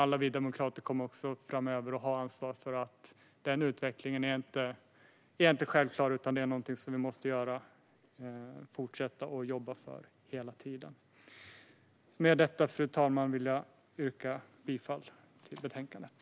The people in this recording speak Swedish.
Alla vi demokrater har också framöver ansvar för att den utvecklingen inte är självklar, utan det är något som vi hela tiden måste fortsätta att jobba för. Fru talman! Med detta vill jag yrka bifall till utskottets förslag i betänkandet.